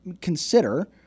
consider –